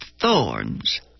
thorns